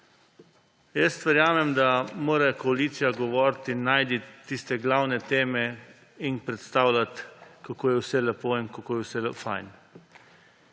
Verjamem, da mora koalicija govoriti in najti tiste glavne teme in predstavljati, kako je vse lepo in kako je vse fajn.